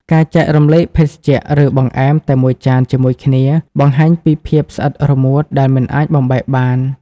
ការចែករំលែកភេសជ្ជៈ ឬបង្អែមតែមួយចានជាមួយគ្នា បង្ហាញពីភាពស្អិតរមួតដែលមិនអាចបំបែកបាន។